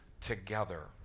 together